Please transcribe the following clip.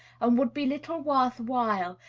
and would be little worth while,